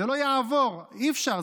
זה לא יעבור, אי-אפשר.